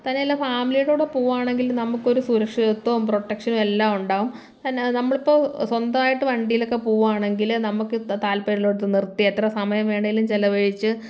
തന്നെയെല്ല ഫാമിലിയുടെ കൂടെ പോവുകയാണെങ്കിൽ നമുക്കൊരു സുരക്ഷിതത്വം പ്രൊട്ടക്ഷനും എല്ലാം ഉണ്ടാവും പിന്നെ നമ്മളിപ്പോൾ സ്വന്തമായിട്ട് വണ്ടിയിലൊക്കെ പോവാണെങ്കിൽ നമുക്ക് താൽപര്യം ഉള്ളിടത്ത് നിർത്തി എത്ര സമയം വേണമെങ്കിലും ചിലവഴിച്ച്